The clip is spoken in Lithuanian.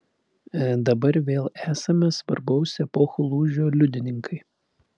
dabar vėl esame svarbaus epochų lūžio liudininkai